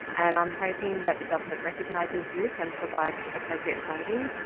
and i'm hoping that the government recognises this and provides appropriate funding.